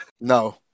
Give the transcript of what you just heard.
No